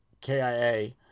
KIA